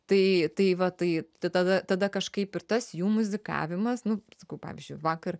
tai tai va tai tai tada tada kažkaip ir tas jų muzikavimas nu sakau pavyzdžiui vakar